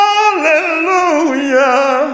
Hallelujah